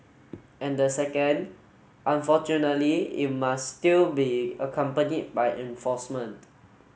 and the second unfortunately it must still be accompanied by enforcement